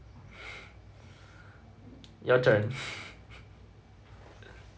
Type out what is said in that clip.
your turn